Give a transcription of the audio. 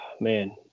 man